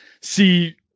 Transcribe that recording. see